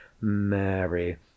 Mary